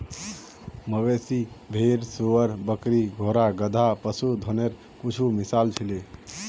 मवेशी, भेड़, सूअर, बकरी, घोड़ा, गधा, पशुधनेर कुछु मिसाल छीको